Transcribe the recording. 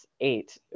eight